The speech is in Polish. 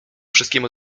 wszystkiemu